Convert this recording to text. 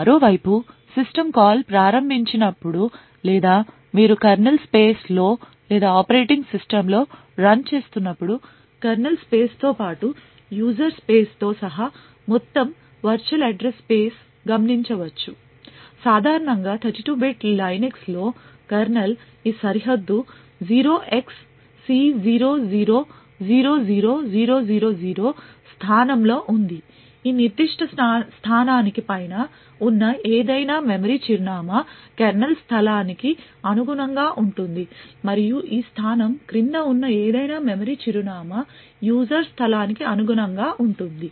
మరోవైపు system call ప్రారంభించినప్పుడు లేదా మీరు కెర్నల్ స్పేస్లో లేదా ఆపరేటింగ్ సిస్టమ్లో రన్ చేస్తున్నప్పుడు కెర్నల్ స్పేస్తో పాటు యూజర్ స్పేస్తో సహా మొత్తం వర్చువల్ అడ్రస్ స్పేస్ గమనించవచ్చు సాధారణంగా 32 bit లైనక్స్లో కెర్నల్ ఈ సరిహద్దు 0xC0000000 స్థానంలో ఉంది ఈ నిర్దిష్ట స్థానానికి పైన ఉన్న ఏదైనా మెమరీ చిరునామా కెర్నల్ స్థలానికి అనుగుణంగా ఉంటుంది మరియు ఈ స్థానం క్రింద ఉన్న ఏదైనా మెమరీ చిరునామా యూజర్ స్థలానికి అనుగుణంగా ఉంటుంది